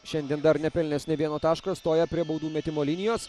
šiandien dar nepelnęs nė vieno taško stoja prie baudų metimo linijos